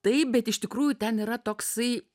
taip bet iš tikrųjų ten yra toksai